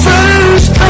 First